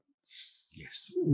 Yes